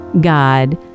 God